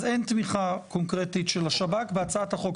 אז אין תמיכה קונקרטית של השב"כ בהצעת החוק.